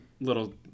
little